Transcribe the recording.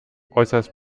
äußerst